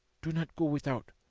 do not go without.